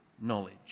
knowledge